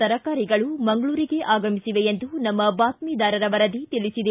ತರಕಾರಿಗಳು ಮಂಗಳೂರಿಗೆ ಆಗಮಿಸಿವೆ ಎಂದು ನಮ್ಮ ಬಾತ್ಣಿದಾರರ ವರದಿ ತಿಳಿಸಿದೆ